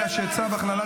כזה.